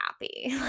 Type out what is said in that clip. happy